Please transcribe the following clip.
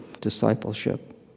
discipleship